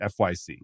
fyc